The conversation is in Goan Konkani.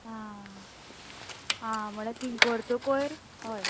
आं आं म्हळ्या तीं गोरचो कोयर हय